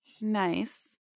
nice